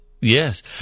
Yes